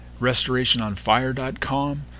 restorationonfire.com